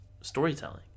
storytelling